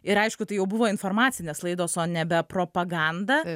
ir aišku tai jau buvo informacinės laidos o nebe propaganda